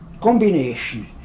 combination